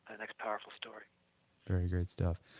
ah next powerful story very great stuff.